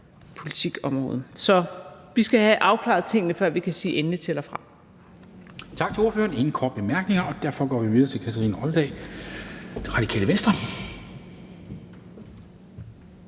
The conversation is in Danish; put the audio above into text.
politik. Så vi skal have afklaret tingene, før vi kan sige endeligt til eller